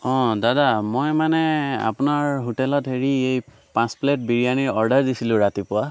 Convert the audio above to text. অঁ দাদা মই মানে আপোনাৰ হোটেলত হেৰি এই পাঁচ প্লেট বিৰিয়ানী অৰ্ডাৰ দিছিলোঁ ৰাতিপুৱা